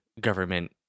government